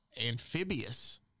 amphibious